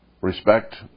respect